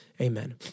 amen